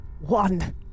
One